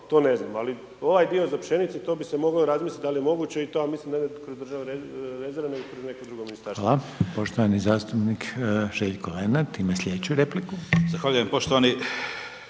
to ne znam, ali ovaj dio za pšenicu, to bi se moglo razmisliti da li je moguće i to, ja mislim da kroz državne rezerve i kroz neka druga ministarstva. **Reiner, Željko (HDZ)** Hvala. Poštovani zastupnik Željko Lenart ima sljedeću repliku. **Lenart,